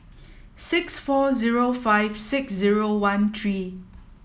six four zero five six zero one three